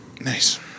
Nice